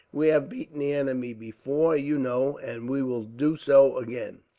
we have beaten the enemy before, you know, and we will do so again.